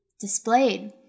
displayed